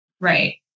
Right